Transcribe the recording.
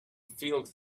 field